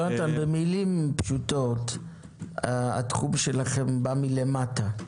במילים פשוטות, התחום שלכם בא מלמטה.